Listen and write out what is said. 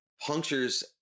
punctures